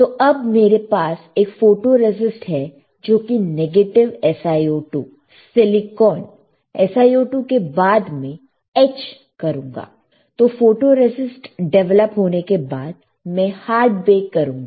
तो अब मेरे पास एक फोटोरेसिस्ट है जो कि नेगेटिव SiO2 सिलिकॉन SiO2 के बाद मैं एच करूंगा तो फोटोरेसिस्ट डिवेलप होने के बाद मैं हार्ड बेक करूंगा